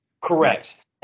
Correct